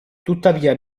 tuttavia